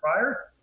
prior –